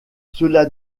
cela